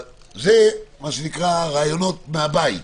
זה רעיונות מהבית.